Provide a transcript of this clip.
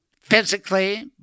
Physically